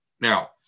Now